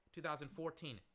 2014